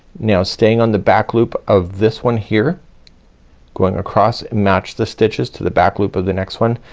now staying on the back loop of this one here going across match the stitches to the back loop of the next one.